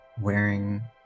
wearing